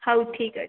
ହଉ ଠିକ୍ ଅଛି